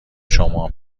شما